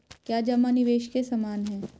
क्या जमा निवेश के समान है?